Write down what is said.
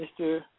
Mr